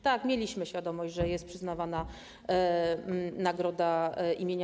Tak, mieliśmy świadomość, że jest przyznawana nagroda im.